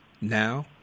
now